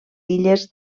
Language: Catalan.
illes